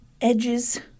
edges